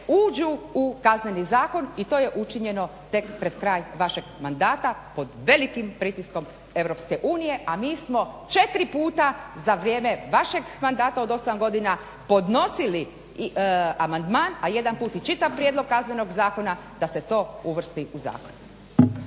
uđu u Kazneni zakon i to je učinjeno tek pred kraj vašeg mandata pod velikim pritiskom EU, a mi smo 4 puta za vrijeme vašeg mandata od 8 godina podnosili amandman, a jedan put i čitav prijedlog Kaznenog zakona da se to uvrsti u zakon.